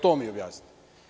To mi objasnite.